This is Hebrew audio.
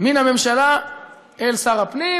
מן הממשלה אל שר הפנים.